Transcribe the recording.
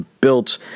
built